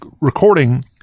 recording